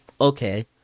okay